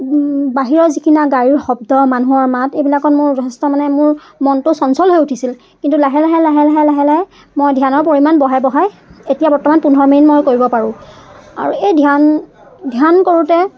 বাহিৰৰ যিকিনা গাড়ীৰ শব্দ মানুহৰ মাত এইবিলাকত মোৰ যথেষ্ট মানে মোৰ মনটো চঞ্চল হৈ উঠিছিল কিন্তু লাহে লাহে লাহে লাহে লাহে লাহে মই ধ্যানৰ পৰিমাণ বঢ়াই বঢ়াই এতিয়া বৰ্তমান পোন্ধৰ মিনিট মই কৰিব পাৰোঁ আৰু এই ধ্যান ধ্যান কৰোঁতে